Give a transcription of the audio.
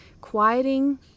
quieting